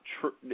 true